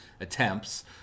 attempts